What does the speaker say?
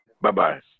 Bye-bye